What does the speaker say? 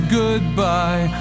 goodbye